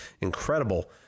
incredible